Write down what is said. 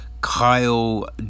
Kyle